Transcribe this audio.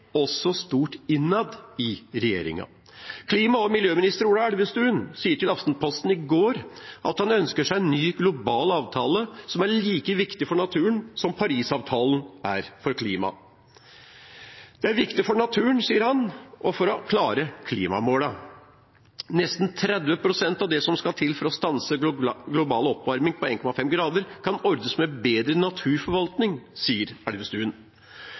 stort også innad i regjeringen. Klima- og miljøminister Ola Elvestuen sa til Aftenposten i helgen at han ønsker seg en ny global avtale som er like viktig for naturen som Parisavtalen er for klimaet. Det er viktig for naturen, sier han, og for å klare klimamålene. Nesten 30 pst. av det som skal til for å stanse global oppvarming på 1,5 grader, kan ordnes med bedre naturforvaltning, sier Elvestuen.